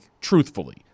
truthfully